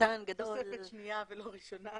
והוא בכותרת